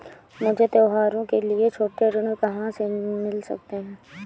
मुझे त्योहारों के लिए छोटे ऋण कहाँ से मिल सकते हैं?